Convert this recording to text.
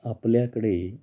आपल्याकडे